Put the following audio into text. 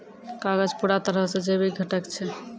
कागज पूरा तरहो से जैविक घटक छै